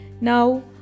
now